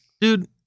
dude